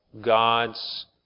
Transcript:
God's